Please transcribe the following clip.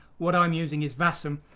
what i'm using is vasm.